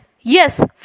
yes